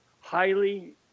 highly